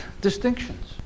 distinctions